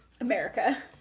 America